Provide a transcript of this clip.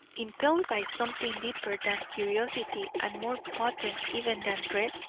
impelled by something deeper than curiosity and more potent even than dread,